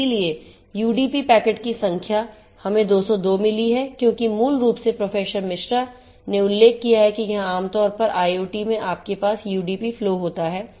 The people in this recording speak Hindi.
इसलिए यूडीपी पैकेट की संख्या हमें 202 मिली है क्योंकि मूल रूप से प्रोफेसर मिश्रा ने उल्लेख किया है कि आमतौर पर आईओटी में आपके पास यूडीपी फ्लो होता है